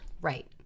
Right